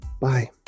Bye